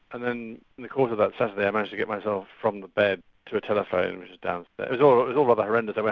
and then in the course of that saturday i managed to get myself from the bed to a telephone that and was downstairs. so it was all rather horrendous.